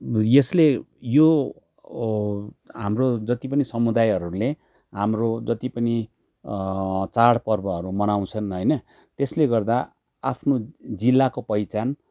यसले यो ओ हाम्रो जति पनि समुदायहरूले हाम्रो जति पनि चाँड पर्वहरू मनाउँछन् होइन त्यसले गर्दा आफ्नो जिल्लाको पहिचान